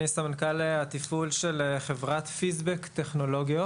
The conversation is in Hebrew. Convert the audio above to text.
אני סמנכ"ל התפעול של חברת פיזבק טכנולוגיות.